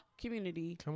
community